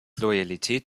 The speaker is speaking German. loyalität